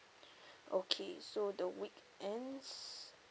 okay so the weekends